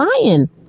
lying